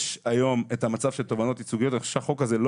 יש היום את המצב של תובענות ייצוגיות ואני חושב שהחוק הזה לא